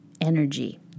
energy